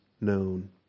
known